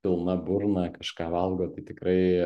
pilna burna kažką valgo tai tikrai